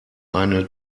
eine